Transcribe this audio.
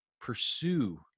pursue